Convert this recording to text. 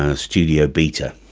ah studio beta.